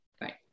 right